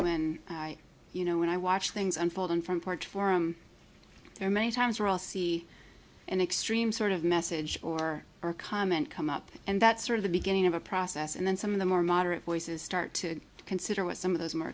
when i you know when i watch things unfold in front porch forum there many times or all see an extreme sort of message or or comment come up and that's sort of the beginning of a process and then some of the more moderate voices start to consider what some of those m